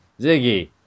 Ziggy